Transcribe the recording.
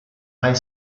high